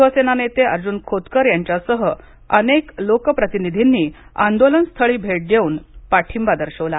शिवसेना नेते अर्जून खोतकर यांच्यासह अनेक लोकप्रतिनिधींनी आंदोलनस्थळी भेट देऊन पाठिंबा दर्शवला